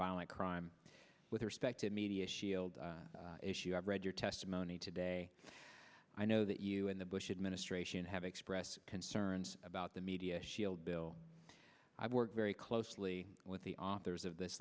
violent crime with respect to media shield issue i read your testimony today i know that you and the bush administration have expressed concerns about the media shield bill i worked very closely with the authors of this